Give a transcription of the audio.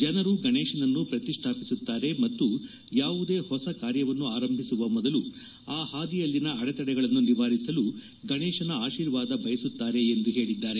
ಜನರು ಗಣೇಶನನ್ನು ಪ್ರತಿಷ್ಠಾಪಿಸುತ್ತಾರೆ ಮತ್ತು ಯಾವುದೇ ಹೊಸ ಕಾರ್ಯವನ್ನು ಆರಂಭಿಸುವ ಮೊದಲು ಆ ಹಾದಿಯಲ್ಲಿನ ಅಡೆತಡೆಗಳನ್ನು ನಿವಾರಿಸಲು ಗಣೇಶನ ಆಶೀರ್ವಾದ ಬಯಸುತ್ತಾರೆ ಎಂದು ಹೇಳಿದ್ದಾರೆ